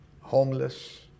homeless